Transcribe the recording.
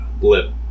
blip